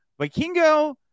Vikingo